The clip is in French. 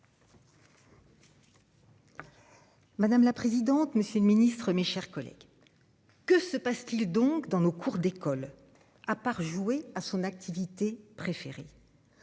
Madame la présidente. Monsieur le Ministre, mes chers collègues. Que se passe-t-il donc dans nos cours d'école à part jouer à son activité préférée.